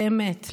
באמת,